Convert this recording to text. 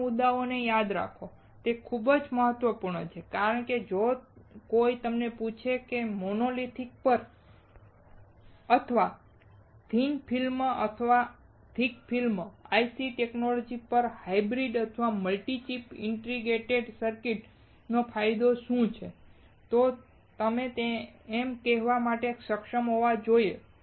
આ મુદ્દાઓને યાદ રાખો તે ખૂબ જ મહત્વપૂર્ણ છે કારણ કે જો કોઈ તમને પૂછે છે કે મોનોલિથિક પર અથવા થિન ફ્રેમ અને થીક ફ્રેમ IC ટેક્નૉલોજિ પર હાયબ્રીડ અથવા મલ્ટિચિપ ઈન્ડીકેટર સર્કિટ નો શું ફાયદો છેતો તમે તેને કહેવા માટે સક્ષમ હોવા જોઈએ